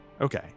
Okay